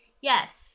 yes